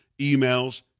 emails